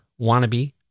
wannabe